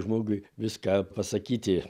žmogui viską pasakyti